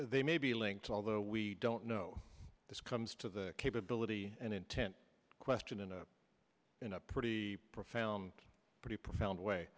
they may be linked although we don't know this comes to the capability and intent question in a in a pretty profound pretty profound way